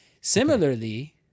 Similarly